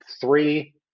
three